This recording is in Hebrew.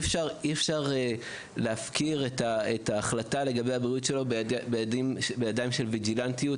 ואי אפשר להפקיר את ההחלטה לגבי הבריאות שלו בידיים של ויג'ילנטיות,